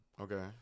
Okay